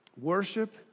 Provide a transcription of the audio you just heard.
Worship